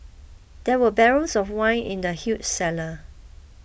there were barrels of wine in the huge cellar